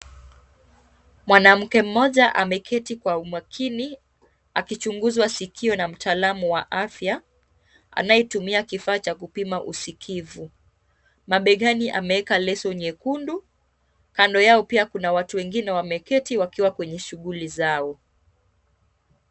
Mwanamke mmoja ameketi kwa umakini akichunguzwa sikio na mtaalamu wa afya anayetumia kifaa cha kupima usikivu. Mabegani ameweka leso nyekundu. Kando yao pia kuna watu wengine wameketi wakiwa kwenye shughuli zao.